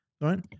right